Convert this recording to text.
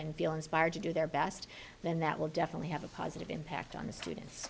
and feel inspired to do their best then that will definitely have a positive impact on the students